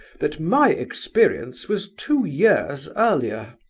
that my experience was two years earlier.